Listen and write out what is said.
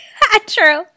True